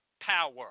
Power